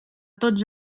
tots